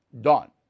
done